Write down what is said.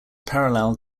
parallel